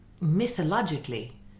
mythologically